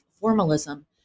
formalism